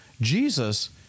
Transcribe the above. Jesus